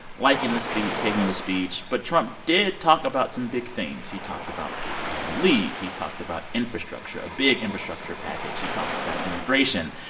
liking the speech, hating the speech. but trump did talk about some big themes. he talked about paid family leave. he talked about infrastructure a big infrastructure package. he talked about immigration.